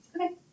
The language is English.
Okay